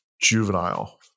juvenile